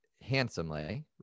handsomely